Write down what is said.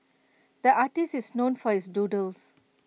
the artist is known for his doodles